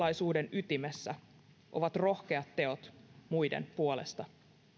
suomalaisuuden ytimessä ovat rohkeat teot muiden puolesta